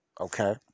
Okay